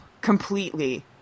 Completely